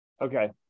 Okay